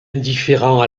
indifférent